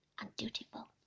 undutiful